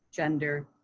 gender,